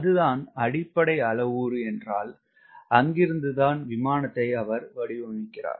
அது தான் அடிப்படை அளவுரு என்றால் அங்கிருந்துதான் விமானத்தை அவர் வடிவமைக்கிறார்